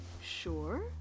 sure